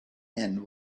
and